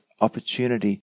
opportunity